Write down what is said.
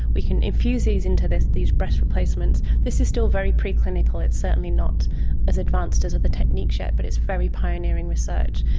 we can infuse these into these breast replacements. this is still very preclinical. it's certainly not as advanced as other techniques yet but it's very pioneering research.